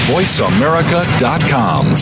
VoiceAmerica.com